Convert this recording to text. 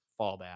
fallback